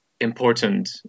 important